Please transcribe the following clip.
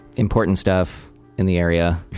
important stuff in the area.